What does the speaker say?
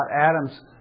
Adam's